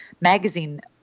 magazine